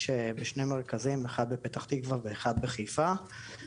בשני מרכזים אחד בפתח תקווה ואחד בחיפה.